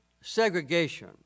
segregation